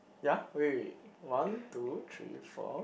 ya wait one two three four